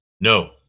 No